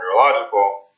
neurological